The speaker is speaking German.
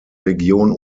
region